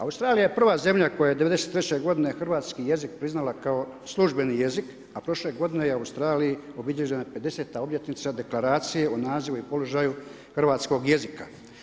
Australija je prva zemlja koja je '93. g. hrvatski jezik priznala kao službeni jezik, a prošle g. je u Australiji obilježena 50 obljetnica deklaracije o nazivu i položaju hrvatskog jezika.